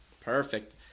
Perfect